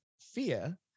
fear